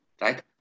right